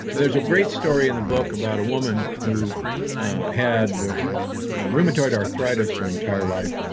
there's a great story in the book about a woman who had rheumatoid arthritis her entire life.